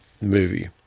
movie